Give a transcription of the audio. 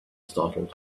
startled